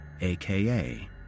aka